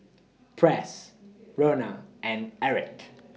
Press Rhona and Erick